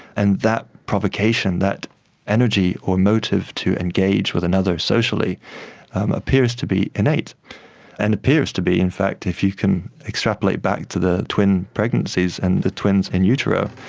and that provocation, that energy or motive to engage with another socially appears to be innate and appears to be in fact, if you can extrapolate back to the twin pregnancies and the twins in utero,